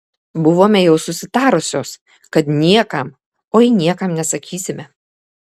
buvome jau susitarusios kad niekam oi niekam nesakysime